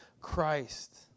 Christ